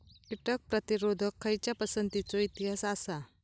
कीटक प्रतिरोधक खयच्या पसंतीचो इतिहास आसा?